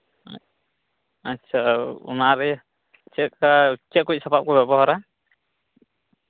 ᱟᱪᱪᱷᱟ ᱚᱱᱟᱨᱮ ᱪᱮᱫᱠᱟ ᱪᱮᱫ ᱠᱚ ᱥᱟᱯᱟᱯ ᱠᱚ ᱵᱮᱵᱚᱦᱟᱨᱟ